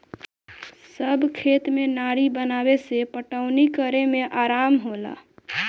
सब खेत में नारी बनावे से पटवनी करे में आराम होला